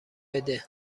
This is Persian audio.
بده